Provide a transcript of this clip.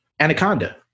Anaconda